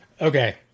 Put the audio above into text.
Okay